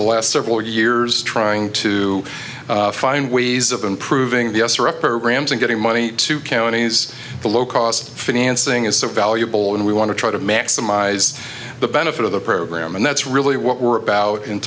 the last several years trying to find ways of improving the us or upper ramps and getting money to counties the low cost financing is so valuable and we want to try to maximize the benefit of the program and that's really what we're about